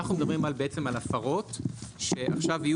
אנחנו בעצם מדברים על הפרות שעכשיו יהיו